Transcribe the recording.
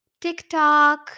tiktok